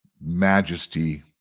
majesty